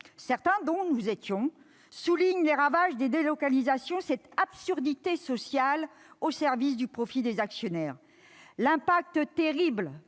certains, dont nous étions, soulignaient les ravages des délocalisations, cette absurdité sociale au service du profit des actionnaires. Leur terrible